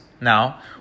Now